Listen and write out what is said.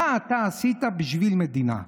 מה אתה עשית בשביל מדינה?